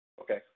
Okay